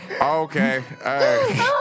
Okay